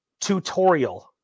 tutorial